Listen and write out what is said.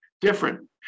different